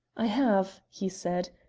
i have, he said,